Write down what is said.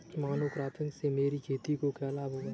Monocropping से मेरी खेत को क्या लाभ होगा?